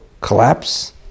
collapse